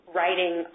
writing